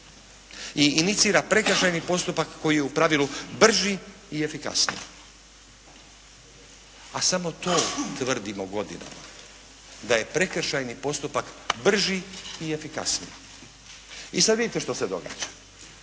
i inicira prekršajni postupak koji je u pravilu brži i efikasniji. A samo to tvrdimo godinama, da je prekršajni postupak brži i efikasniji. I sada vidite što se događa.